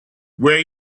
where